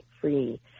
free